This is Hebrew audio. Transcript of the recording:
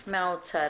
מהאוצר,